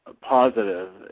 Positive